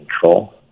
control